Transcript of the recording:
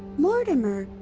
mortimer?